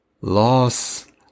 loss